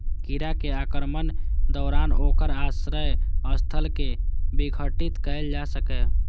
कीड़ा के आक्रमणक दौरान ओकर आश्रय स्थल कें विघटित कैल जा सकैए